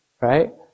right